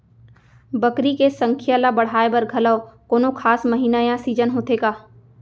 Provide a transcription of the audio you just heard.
बकरी के संख्या ला बढ़ाए बर घलव कोनो खास महीना या सीजन होथे का?